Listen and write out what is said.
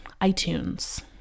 iTunes